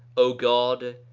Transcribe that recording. o god!